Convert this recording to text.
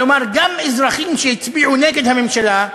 כלומר, גם אזרחים שהצביעו נגד הממשלה,